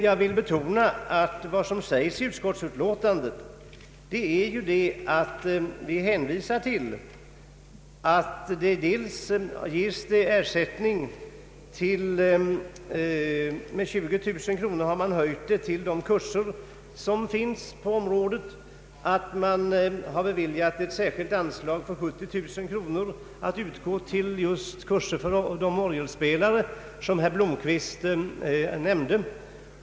Jag vill nämna att man höjt ersättningen med 20 000 kronor till de sommarkurser som anordnas för utbildning av kantorer. Man har också anvisat ett särskilt anslag på 70 000 kronor att utgå till kurser för just de orgelspelare som herr Blomquist nämnde.